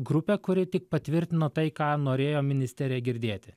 grupė kuri tik patvirtino tai ką norėjo ministerija girdėti